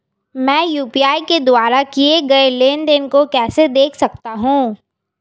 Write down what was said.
मैं यू.पी.आई के द्वारा किए गए लेनदेन को कैसे देख सकता हूं?